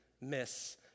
miss